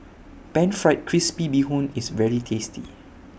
Pan Fried Crispy Bee Hoon IS very tasty